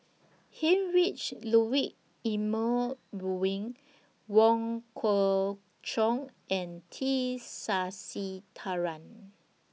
Heinrich Ludwig Emil Luering Wong Kwei Cheong and T Sasitharan